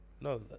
No